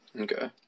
Okay